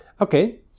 Okay